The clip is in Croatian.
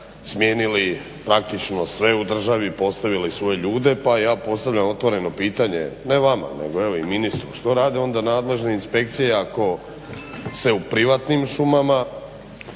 smijenili praktično sve u državi, postavili svoje ljude. Pa ja postavljam otvoreno pitanje ne vama nego i ministru, što rade onda nadležne inspekcije ako se u privatnim šumama